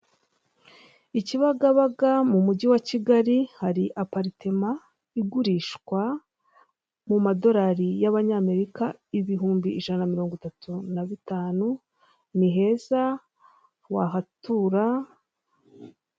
I Kibagabaga mu mujyi wa Kigali, hari aparitema igurishwa mu madorari y'abanyamerika ibihumbi ijana na mirongo itatu na bitanu, ni heza wahatura.